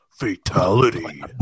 fatality